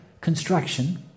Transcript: construction